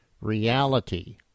reality